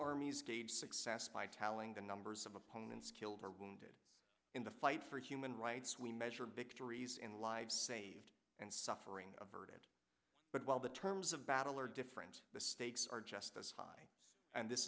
armies gauge success by kalinga numbers of opponents killed or wounded in the fight for human rights we measure victories in lives saved and suffering verdant but while the terms of battle are different the stakes are just as high and this